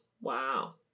wow